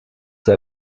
der